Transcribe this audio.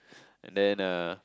and then uh